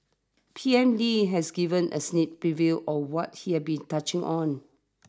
P M Lee has given a sneak preview of what he had be touching on